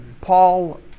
Paul